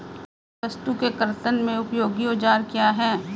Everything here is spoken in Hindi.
लकड़ी की वस्तु के कर्तन में उपयोगी औजार क्या हैं?